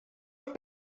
have